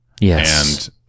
Yes